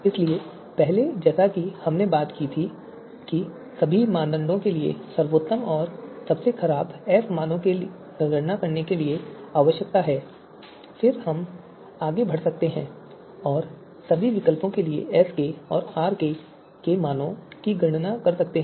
इसलिए पहले जैसा कि हमने बात की थी कि सभी मानदंडों के लिए सर्वोत्तम और सबसे खराब f मानों की गणना करने की आवश्यकता है फिर हम आगे बढ़ सकते हैं और सभी विकल्पों के लिए SK और RK मानों की गणना कर सकते हैं